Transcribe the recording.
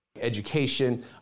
education